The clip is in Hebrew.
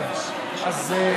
בסדר?